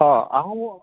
हां हांव